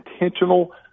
intentional